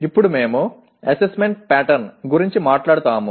ఇప్పుడు మేము assessment pattern గురించి మాట్లాడుతాము